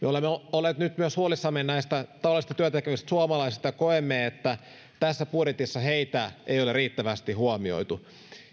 olleet nyt huolissamme myös tavallisista työtä tekevistä suomalaisista ja koemme että tässä budjetissa heitä ei ole riittävästi huomioitu